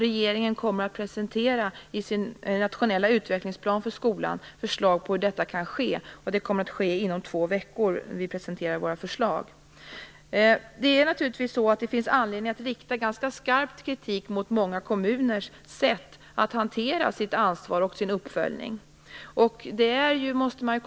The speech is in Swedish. Regeringen kommer i sin nationella utvecklingsplan för skolan att presentera förslag på hur detta kan ske. Vi kommer att presentera våra förslag inom två veckor. Det finns naturligtvis anledning att rikta ganska skarp kritik mot många kommuners sätt att hantera sitt ansvar och sin uppföljning.